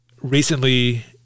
Recently